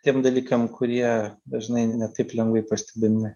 tiem dalykam kurie dažnai ne taip lengvai pastebimi